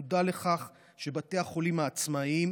מודע לכך שבתי החולים העצמאיים